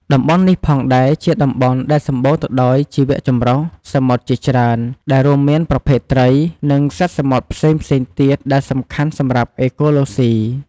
តំបន់នេះផងដែរ ជាតំបន់ដែលសំបូរទៅដោយជីវៈចម្រុះសមុទ្រជាច្រើន ដែលរួមមានប្រភេទត្រី និងសត្វសមុទ្រផ្សេងៗទៀតដែលសំខាន់សម្រាប់អេកូឡូសុី។